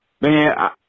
man